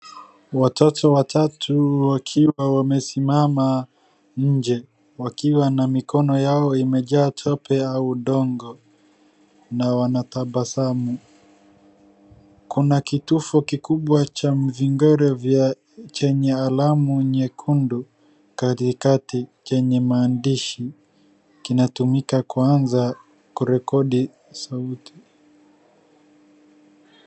Watoto watatu wakiwa wamesimama nje, wakiwa na mikono yao imejaa tope au udongo na wanatabasamu. Kuna kitufe kikubwa cha mvingore chenye alamu nyekundu katikati chenye maandishi. Kinatumika kuanza kurekodi sauti.